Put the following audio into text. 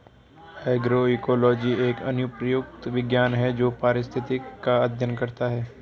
agroecology एक अनुप्रयुक्त विज्ञान है जो पारिस्थितिक का अध्ययन करता है